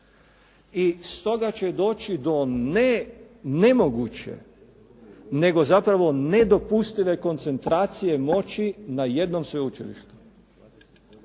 I stoga će doći do ne nemoguće, nego zapravo nedopustive koncentracije moći na jednom sveučilištu.